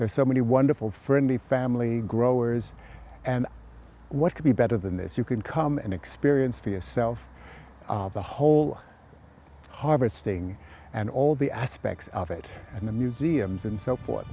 are so many wonderful friends and family growers and what could be better than this you can come and experience for yourself the whole harvesting and all the aspects of it and the museums and so forth